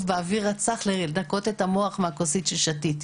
בחוץ באוויר הצח כדי לנקות את המוח מהכוסית ששתה.